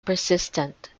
persistent